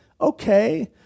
okay